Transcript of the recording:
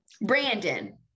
Brandon